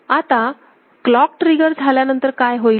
आता clock trigger झाल्यानंतर काय होईल